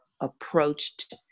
approached